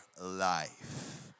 life